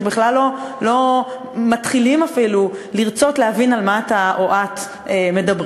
ובכלל לא מתחילים אפילו לרצות להבין על מה אתה או את מדברים,